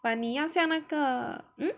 but 你要像那个